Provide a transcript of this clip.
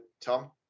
Tom